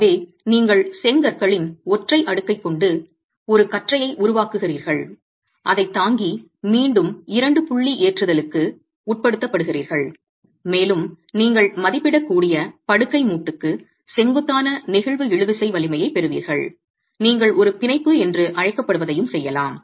எனவே நீங்கள் செங்கற்களின் ஒற்றை அடுக்கைக் கொண்டு ஒரு கற்றையை உருவாக்குகிறீர்கள் அதைத் தாங்கி மீண்டும் 2 புள்ளி ஏற்றுதலுக்கு உட்படுத்தப்படுகிறீர்கள் மேலும் நீங்கள் மதிப்பிடக்கூடிய படுக்கை மூட்டுக்கு செங்குத்தான நெகிழ்வு இழுவிசை வலிமையைப் பெறுவீர்கள் நீங்கள் ஒரு பிணைப்பு என்று அழைக்கப்படுவதையும் செய்யலாம்